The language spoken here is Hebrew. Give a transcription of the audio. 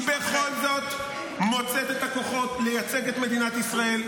היא בכל זאת מוצאת את הכוחות לייצג את מדינת ישראל,